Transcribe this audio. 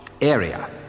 area